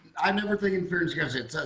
i'm never thinking in fear and scarcity,